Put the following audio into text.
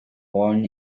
born